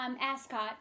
ascot